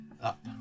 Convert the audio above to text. up